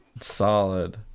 Solid